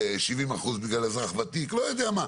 70 אחוז בגלל אזרח ותיק - לא יודע מה.